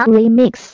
Remix